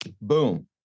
boom